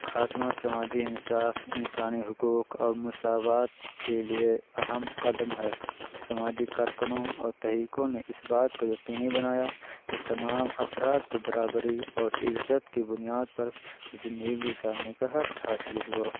خاتمہ سماجی انصاف انسانی حقوق اور مساوات کے لیے اہم قدم ہے سماجی کارکنوں اور تحریکوں نے اس بات کو یقینی بنایا کہ تمام افراد کو برابری اور عزت کی بنیاد پر زندگی گزارنے کا حق حاصل ہو